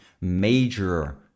major